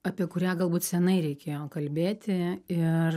apie kurią galbūt senai reikėjo kalbėti ir